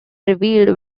revealed